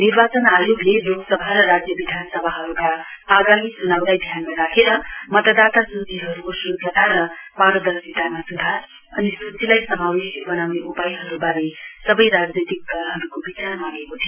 निर्वाचन आयोगले लोकसभा र राज्य विधानसभाहरुका आगामी च्नाउलाई ध्यानमा राखेर मतदाता सूचीहरुको सुध्दता र पारदर्सितामा सुधार अनि सूचीलाई समावेशी वनाउने उपायहरुवारे सवै राजनीतिक दलहरुको विचार मागेको थियो